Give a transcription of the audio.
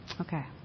Okay